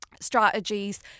strategies